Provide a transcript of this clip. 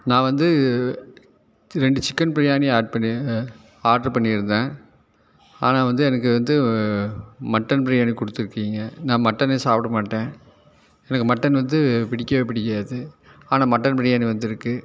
நான் வந்து ரெண்டு சிக்கன் பிரியாணி ஆட் பண்ணியிருந்தேன் ஆட்ரு பண்ணியிருந்தேன் ஆனால் வந்து எனக்கு வந்து மட்டன் பிரியாணி கொடுத்துருக்கீங்க நான் மட்டனே சாப்பிட மாட்டேன் எனக்கு மட்டன் வந்து பிடிக்கவே பிடிக்காது ஆனால் மட்டன் பிரியாணி வந்துருக்குது